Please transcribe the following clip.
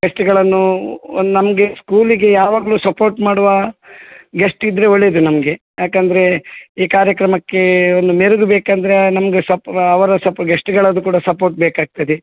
ಗೆಸ್ಟ್ಗಳನ್ನು ನಮಗೆ ಸ್ಕೂಲಿಗೆ ಯಾವಾಗಲು ಸಪೋರ್ಟ್ ಮಾಡುವ ಗೆಸ್ಟ್ ಇದ್ರೆ ಒಳ್ಳೇದು ನಮಗೆ ಯಾಕೆಂದ್ರೆ ಈ ಕಾರ್ಯಕ್ರಮಕ್ಕೇ ಒಂದು ಮೆರಗು ಬೇಕೆಂದ್ರೆ ನಮಗೆ ಸ್ವಲ್ಪ ಅವರ ಸಪ ಗೆಸ್ಟ್ಗಳದ್ದು ಕೂಡ ಸಪೋರ್ಟ್ ಬೇಕಾಗ್ತದೆ